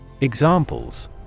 Examples